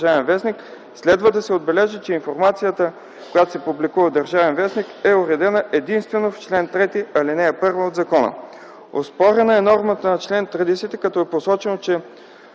„Държавен вестник”, следва да се отбележи, че информацията, която се публикува в „Държавен вестник”, е уредена единствено в чл.3, ал. 1, от закона. Оспорена е нормата на чл. 30, като е посочено, че